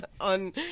on